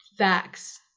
facts